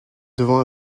devant